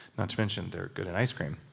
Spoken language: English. not to mention they're good in ice cream